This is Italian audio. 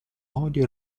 odio